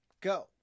go